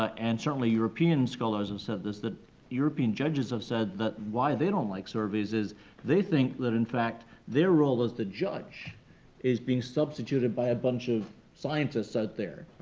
ah and certainly european scholars have said this, that european judges have said that why they don't like surveys is they think that, in fact, their role as the judge is being substituted by a bunch of scientists out there.